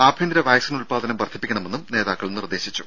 ആഭ്യന്തര വാക്സിൻ ഉൽപാദനം വർധിപ്പിക്കണമെന്നും നേതാക്കൾ നിർദേശിച്ചു